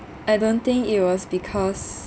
I don't think it was because